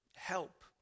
help